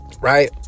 right